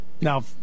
now